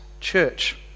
church